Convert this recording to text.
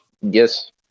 Yes